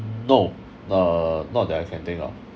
no uh not that I can think of